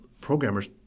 programmers